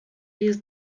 jest